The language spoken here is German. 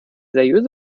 seriöse